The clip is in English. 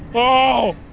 oh,